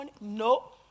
no